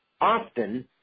often